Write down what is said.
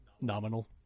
Nominal